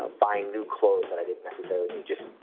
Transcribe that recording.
ah buying new clothes that i did necessarily need, just